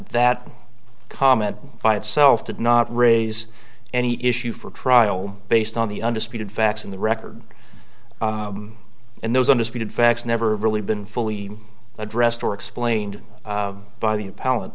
that comment by itself did not raise any issue for trial based on the undisputed facts in the record and those undisputed facts never really been fully addressed or explained by the p